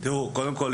קודם כול,